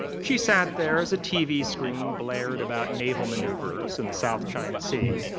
she sat there as a tv screen blared about naval maneuvers in the south china sea.